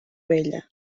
bella